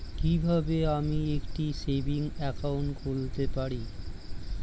কি কিভাবে আমি একটি সেভিংস একাউন্ট খুলতে পারি?